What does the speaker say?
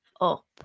up